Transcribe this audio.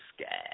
Sky